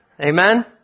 Amen